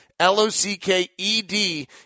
L-O-C-K-E-D